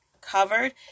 covered